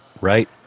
Right